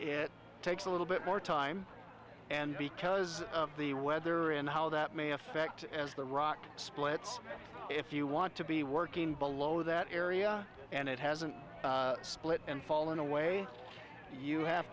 it takes a little bit more time and because of the weather and how that may affect as the rock splits if you want to be working below that area and it hasn't split and fallen away you have